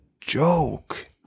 joke